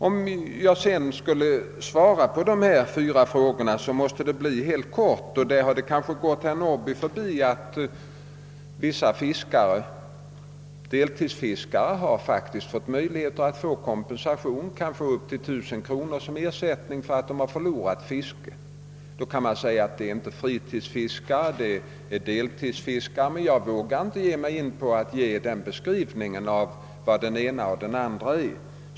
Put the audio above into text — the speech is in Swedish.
Om jag sedan försöker ge ett besked med anledning av de fyra frågor som framställts måste jag göra det helt kort. Det har kanske gått herr Norrby förbi att vissa fiskare — deltidsfiskare — faktiskt fått möjlighet att erhålla kom pensation. De kan få upp till 1 000 kronor som ersättning för förlorat fiske. Det invänds måhända att detta inte gäller fritidsfiskare utan <deltidsfiskare, men jag vågar faktiskt inte ge mig in på en definition av vad det ena och det andra är härvidlag.